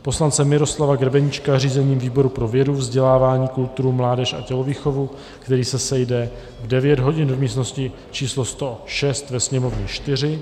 poslance Miroslava Grebeníčka řízením výboru pro vědu, vzdělání, kulturu, mládež a tělovýchovu, který se sejde v 9.00 hodin v místnosti č. 106 ve Sněmovní 4;